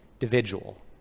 individual